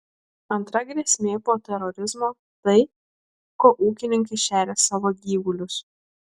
antra grėsmė po terorizmo tai kuo ūkininkai šeria savo gyvulius